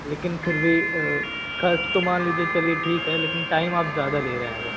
लेकिन फिर भी खर्च तो मान लिजिए चलिए ठीक है लेकिन टाइम आप ज़्यादा ले रहे हैं सर